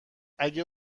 اگه